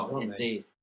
indeed